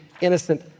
innocent